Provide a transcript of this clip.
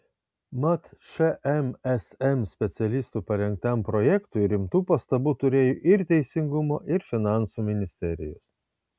mat šmsm specialistų parengtam projektui rimtų pastabų turėjo ir teisingumo ir finansų ministerijos